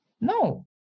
No